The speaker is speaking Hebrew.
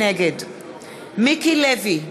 נגד מיקי לוי,